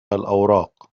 الأوراق